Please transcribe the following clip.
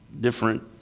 different